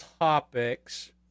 topics